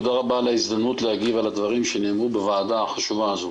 תודה רבה על ההזדמנות להגיב על הדברים שנאמרו בוועדה החשובה הזו.